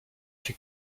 want